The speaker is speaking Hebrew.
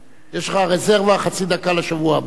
יש לך רזרבה חצי דקה לשבוע הבא,